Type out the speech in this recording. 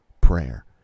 prayer